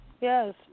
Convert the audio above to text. Yes